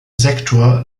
sektor